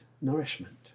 nourishment